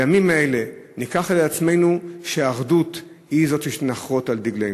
בימים האלה ניקח על עצמנו שהאחדות היא מה שנחרות על דגלנו.